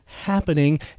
happening